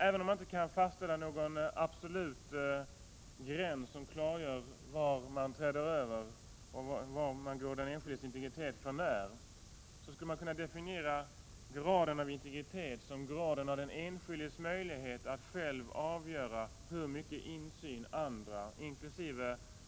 Även om man inte kan fastställa någon absolut gräns som klargör var man går den enskildes integritet för när, skulle man kunna definiera graden av integritet som graden av den enskildes möjlighet att själv avgöra hur mycket insyn andra, inkl.